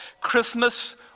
Christmas